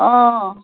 অঁ